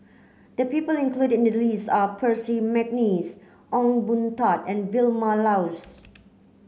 the people included in the list are Percy McNeice Ong Boon Tat and Vilma Laus